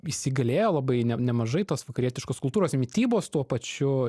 įsigalėjo labai ne nemažai tos vakarietiškos kultūros ir mitybos tuo pačiu